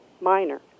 minor